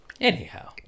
Anyhow